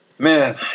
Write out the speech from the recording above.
Man